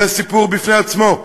זה סיפור בפני עצמו.